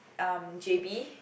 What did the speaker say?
um J_B